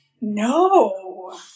No